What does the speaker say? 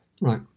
Right